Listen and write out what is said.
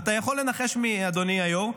אתה יכול לנחש מי, אדוני היו"ר.